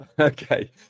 Okay